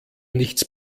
nichts